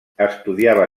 estudiava